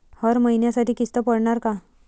हर महिन्यासाठी किस्त पडनार का?